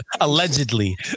Allegedly